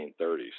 1930s